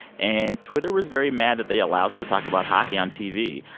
and twitter was very mad that they allowed her to talk about hockey on tv.